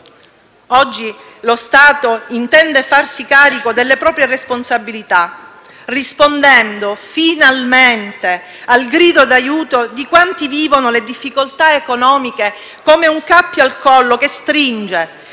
Oggi lo Stato intende farsi carico delle proprie responsabilità, rispondendo finalmente al grido di aiuto di quanti vivono le difficoltà economiche come un cappio al collo che stringe